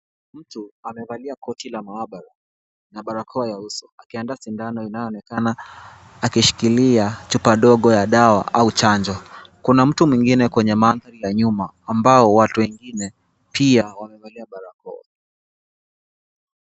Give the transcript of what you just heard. Mtu amevalia koti la maabara na barakoa ya uso akiandaa sindano inayoonekana akishikilia chupa ndogo ya dawa au chanjo. Kuna mtu mwingine kwenye mandhari ya nyuma ambao watu wengine pia wamevalia barakoa.